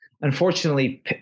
Unfortunately